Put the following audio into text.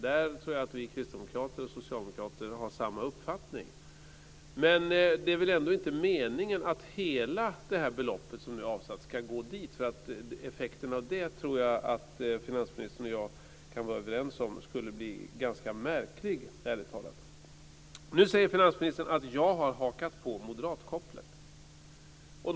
Där tror jag att vi kristdemokrater och ni socialdemokrater har samma uppfattning. Men det är väl ändå inte meningen att hela beloppet som är avsatt ska gå till detta. Jag tror att finansministern och jag kan vara ganska överens om att effekten av det skulle bli något märklig, ärligt talat. Finansministern säger att jag har hakat på mdoeratkopplet.